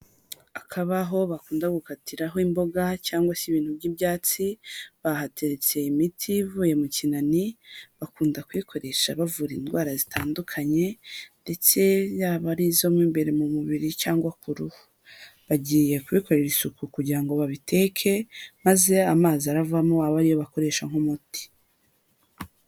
Akabaho bakunda gukatiraho imboga cyangwa se ibintu by'ibyatsi, bahateretse imiti ivuye mu kinani, bakunda kuyikoresha bavura indwara zitandukanye, ndetse yaba ari izo mo imbere mu mubiri cyangwa ku ruhu. Bagiye kubikorera isuku kugira ngo babiteke, maze amazi aravamo abe ariyo bakoresha nk'umuti.